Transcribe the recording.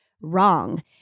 wrong